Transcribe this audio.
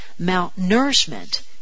malnourishment